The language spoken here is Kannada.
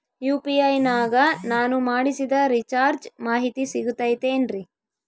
ಯು.ಪಿ.ಐ ನಾಗ ನಾನು ಮಾಡಿಸಿದ ರಿಚಾರ್ಜ್ ಮಾಹಿತಿ ಸಿಗುತೈತೇನ್ರಿ?